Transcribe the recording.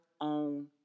own